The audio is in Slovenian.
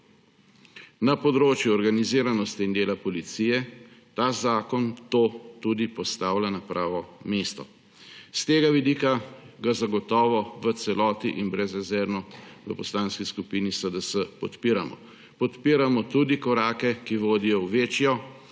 Na področju organiziranosti in dela policije ta zakon to tudi postavlja na pravo mesto. S tega vidika ga zagotovo v celoti in brezrezervno v Poslanski skupini SDS podpiramo. Podpiramo tudi korake, ki vodijo v večjo